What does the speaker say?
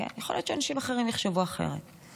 יכול להיות שאנשים אחרים יחשבו אחרת,